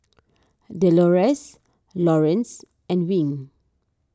Delores Laurence and Wing